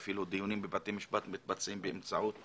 אפילו דיונים בבתי משפט מתבצעים באמצעות הזום.